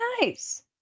Nice